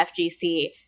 FGC